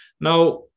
Now